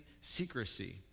secrecy